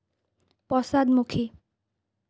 পশ্চাদমুখী